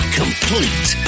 complete